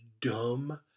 dumb